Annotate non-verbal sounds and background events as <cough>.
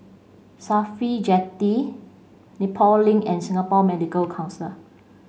<unintelligible> Jetty Nepal Link and Singapore Medical Council